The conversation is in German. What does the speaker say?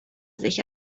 sich